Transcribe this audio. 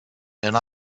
and